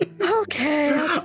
okay